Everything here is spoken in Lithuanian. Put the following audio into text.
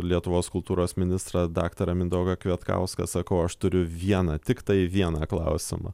lietuvos kultūros ministrą daktarą mindaugą kvietkauską sakau aš turiu vieną tiktai vieną klausimą